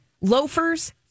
loafers